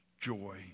Joy